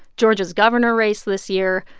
georgia's governor race this year,